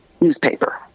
newspaper